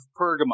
Pergamum